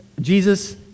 Jesus